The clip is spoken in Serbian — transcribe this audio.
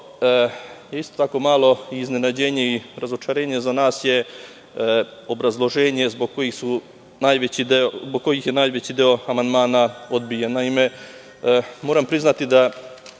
što je iznenađenje i razočarenje za nas je obrazloženje zbog kojih je najveći deo amandmana odbijen. Naime, moram priznati